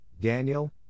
Daniel